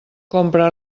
compra